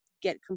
get